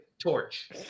Torch